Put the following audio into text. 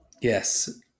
yes